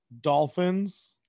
dolphins